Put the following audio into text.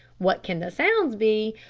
what can the sounds be?